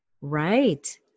Right